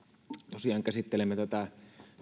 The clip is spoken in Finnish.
tosiaan käsittelemme tätä